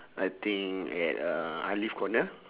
I think at uh alif corner